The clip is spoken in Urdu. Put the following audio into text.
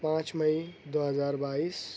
پانچ مئی دو ہزار بائیس